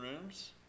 rooms